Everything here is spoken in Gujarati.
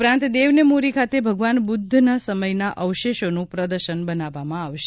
ઉપરાંત દેવને મોરી ખાતે ભગવાન બુદ્ધ સમયના અવશેષોનું પ્રદર્શન બનાવવામાં આવશે